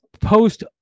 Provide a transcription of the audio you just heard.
post